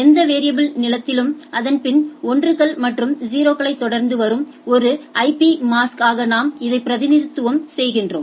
எந்த வேரியபுல் நீலத்திலும் அதன்பின் 1 கள் மற்றும் 0 களை தொடர்ந்து வரும் ஒரு ஐபி மாஸ்க் ஆக நாம் இதை பிரதிநிதித்துவம் செய்கிறோம்